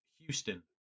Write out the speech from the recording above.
Houston